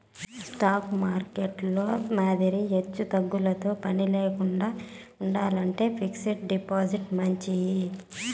stock మార్కెట్టులో మాదిరి ఎచ్చుతగ్గులతో పనిలేకండా ఉండాలంటే ఫిక్స్డ్ డిపాజిట్లు మంచియి